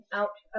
out